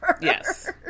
Yes